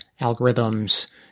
algorithms